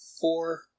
four